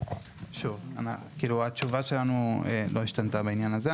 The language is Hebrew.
שוב, התשובה שלנו לא השתנתה בעניין הזה.